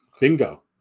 Bingo